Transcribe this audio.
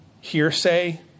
hearsay